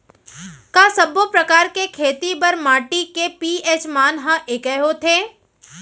का सब्बो प्रकार के खेती बर माटी के पी.एच मान ह एकै होथे?